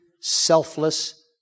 selfless